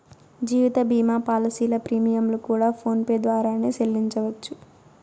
జీవిత భీమా పాలసీల ప్రీమియంలు కూడా ఫోన్ పే ద్వారానే సెల్లించవచ్చు